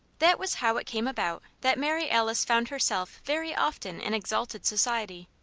that was how it came about that mary alice found herself very often in exalted society.